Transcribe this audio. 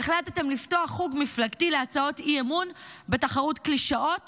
החלטתם לפתוח חוג מפלגתי להצעות אי-אמון בתחרות קלישאות